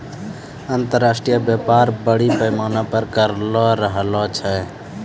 अन्तर्राष्ट्रिय व्यापार बरड़ी पैमाना पर करलो जाय रहलो छै